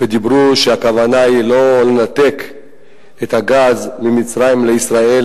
ואמרו שהכוונה היא לא לנתק את הגז ממצרים לישראל,